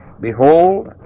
Behold